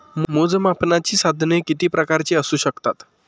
मोजमापनाची साधने किती प्रकारची असू शकतात?